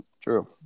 True